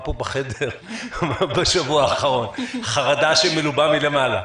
פה בחדר בשבוע האחרון: חרדה שמלובה מלמעלה.